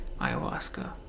ayahuasca